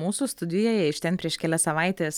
mūsų studijoje iš ten prieš kelias savaites